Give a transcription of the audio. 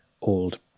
old